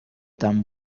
tan